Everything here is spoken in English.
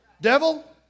Devil